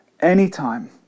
Anytime